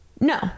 No